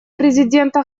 президента